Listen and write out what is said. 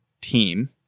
team